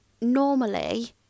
normally